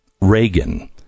reagan